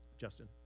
Justin